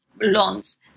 loans